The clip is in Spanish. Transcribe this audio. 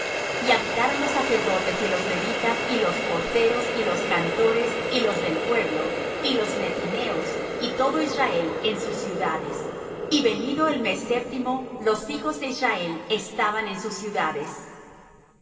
y habitaron los sacerdotes y los levitas y los porteros y los cantores y los del pueblo y los nethineos y todo israel en sus ciudades y venido el mes séptimo los hijos de israel estaban en sus ciudades y